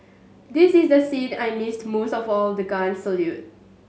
this is the scene I missed most of all the guns salute